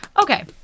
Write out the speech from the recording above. Okay